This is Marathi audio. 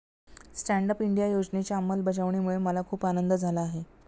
स्टँड अप इंडिया योजनेच्या अंमलबजावणीमुळे मला खूप आनंद झाला आहे